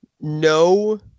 No